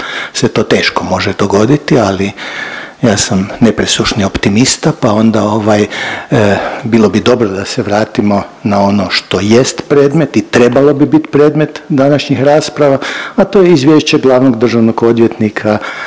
se to teško može dogoditi, ali ja sam nepresušni optimista pa onda ovaj bilo bi dobro da se vratimo na ono što jest predmet i trebalo bi bit predmet današnjih rasprava, a to je Izvješće glavnog državnog odvjetnika